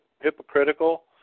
hypocritical